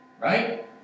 right